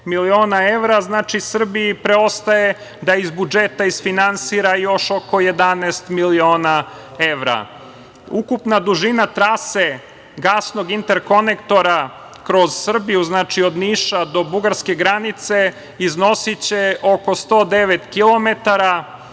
miliona evra. Znači, Srbiji preostaje da iz budžeta isfinansira još oko 11 miliona evra. Ukupna dužina trase gasnog interkonektora kroz Srbiju, znači od Niša do Bugarske granice iznosiće oko 109 kilometara